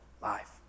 life